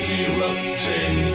erupting